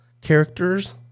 characters